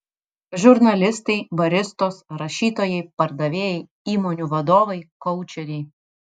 žurnalistai baristos rašytojai pardavėjai įmonių vadovai koučeriai